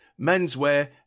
Menswear